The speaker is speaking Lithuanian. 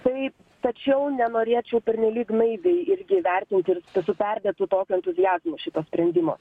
taip tačiau nenorėčiau pernelyg naiviai irgi vertint ir su perdėtu tokiu entuziazmo šito sprendimo